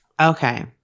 Okay